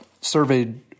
surveyed